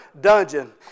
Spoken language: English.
dungeon